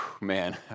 man